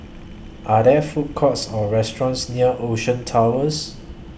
Are There Food Courts Or restaurants near Ocean Towers